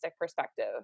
perspective